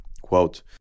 Quote